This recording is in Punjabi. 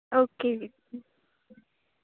ਓਕੇ ਜੀ